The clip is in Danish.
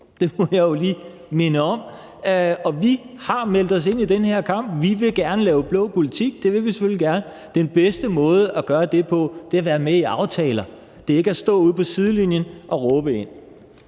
det må jeg jo lige minde om – og vi har meldt os ind i den her kamp. Vi vil gerne lave blå politik. Det vil vi selvfølgelig gerne. Den bedste måde at gøre det på er at være med i aftaler; det er ikke at stå på sidelinjen og råbe ind.